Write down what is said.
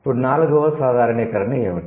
ఇప్పుడు 4 వ సాధారణీకరణ ఏమిటి